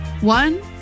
One